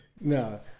No